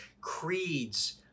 creeds